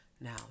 Now